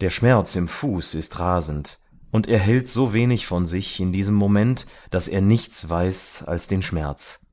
der schmerz im fuß ist rasend und er hält so wenig von sich in diesem moment daß er nichts weiß als den schmerz